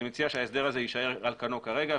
אני מציע שההסדר יישאר על כנו כרגע,